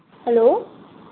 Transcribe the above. hello